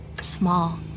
small